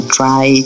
try